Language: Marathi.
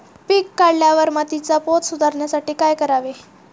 पीक काढल्यावर मातीचा पोत सुधारण्यासाठी काय करावे?